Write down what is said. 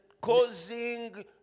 causing